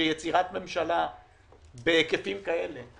שיצירת ממשלה בהיקפים כאלה,